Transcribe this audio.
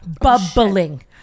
bubbling